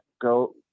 go